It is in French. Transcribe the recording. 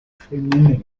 féminin